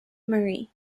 marie